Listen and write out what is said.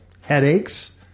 headaches